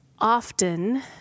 often